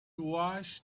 washed